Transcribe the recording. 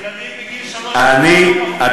ילדים בני שלוש-ארבע, לא מפלים ביניהם.